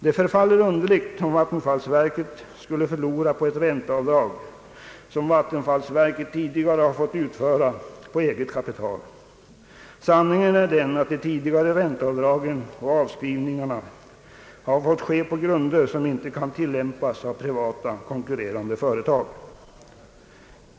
Det förefaller underligt om vattenfallsverket skulle förlora på ett ränteavdrag, som verket tidigare har fått göra på eget kapital. Sanningen är den att de tidigare ränteavdragen och avskrivningarna har fått ske på grunder, som inte kan tillämpas av privata konkurrerande företag.